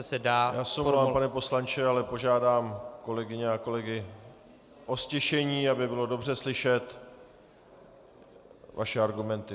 Já se omlouvám, pane poslanče, ale požádám kolegyně a kolegy o ztišení, aby bylo dobře slyšet vaše argumenty.